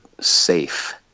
safe